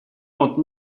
entre